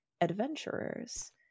adventurers